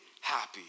happy